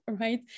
right